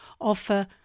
offer